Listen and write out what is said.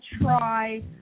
try